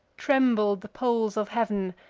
trembled the poles of heav'n,